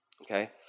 okay